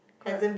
correct